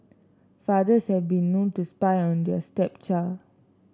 fathers have been known to spy on their stepchild